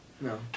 No